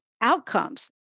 outcomes